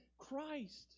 christ